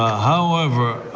however,